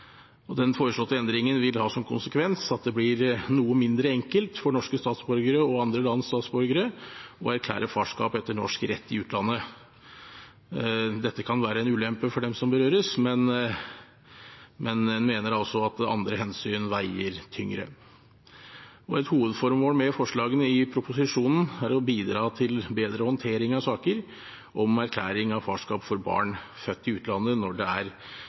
Den foreslåtte endringen vil ha som konsekvens at det blir noe mindre enkelt for norske statsborgere og andre lands statsborgere å erklære farskap etter norsk rett i utlandet. Det kan være en ulempe for dem som berøres, men man mener altså at andre hensyn veier tyngre. Et hovedformål med forslagene i proposisjonen er å bidra til bedre håndtering av saker om erklæring av farskap for barn født i utlandet når det er